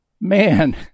Man